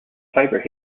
favourite